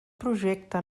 projecte